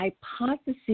hypothesis